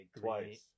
twice